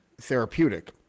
therapeutic